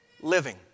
living